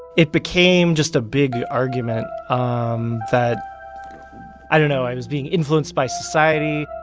it became just a big argument um that i don't know i was being influenced by society.